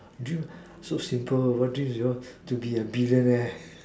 dream so simple what dreams you want to be a billionaire